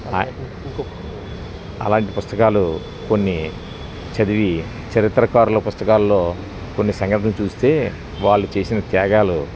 అలాంటి పుస్తకాలు కొన్ని చదివి చరిత్రకారుల పుస్తకాల్లో కొన్ని సంఘటనలు చూస్తే వాళ్ళు చేసిన త్యాగాలు